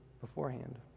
beforehand